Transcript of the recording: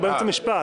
הוא באמצע משפט.